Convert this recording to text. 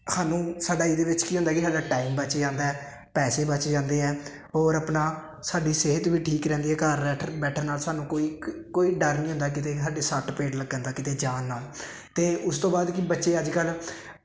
ਸਾਨੂੰ ਸਾਡਾ ਇਹਦੇ ਵਿੱਚ ਕੀ ਹੁੰਦਾ ਕਿ ਸਾਡਾ ਟਾਈਮ ਬਚ ਜਾਂਦਾ ਹੈ ਪੈਸੇ ਬਚ ਜਾਂਦੇ ਹੈ ਹੋਰ ਆਪਣਾ ਸਾਡੀ ਸਿਹਤ ਵੀ ਠੀਕ ਰਹਿੰਦੀ ਹੈ ਘਰ ਘਰ ਬੈਠਰ ਬੈਠਣ ਨਾਲ ਸਾਨੂੰ ਕੋਈ ਕ ਕੋਈ ਡਰ ਨਹੀਂ ਹੁੰਦਾ ਕਿਤੇ ਸਾਡੇ ਸੱਟ ਪਿਟ ਲੱਗਣ ਦਾ ਕਿਤੇ ਜਾਣ ਨਾਲ ਅਤੇ ਉਸ ਤੋਂ ਬਾਅਦ ਕਿ ਬੱਚੇ ਅੱਜ ਕੱਲ੍ਹ